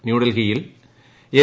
ന്യൂഡൽഹിയിൽ എൻ